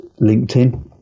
LinkedIn